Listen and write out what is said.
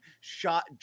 shot